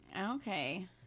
Okay